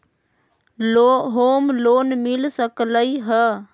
Home loan मिल सकलइ ह?